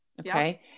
Okay